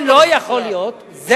זה לא יכול להיות,